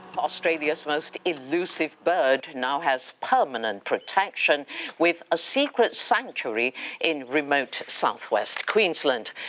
australia's most elusive bird now has permanent protection with a secret sanctuary in remote south-west queensland.